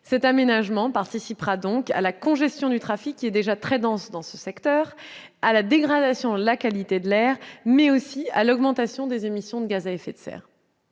Cet aménagement contribuera donc à la congestion du trafic, déjà très dense dans ce secteur, à la dégradation de la qualité de l'air, mais aussi à l'augmentation des émissions de gaz à effet de serre.